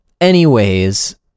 Anyways-